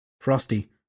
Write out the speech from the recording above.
Frosty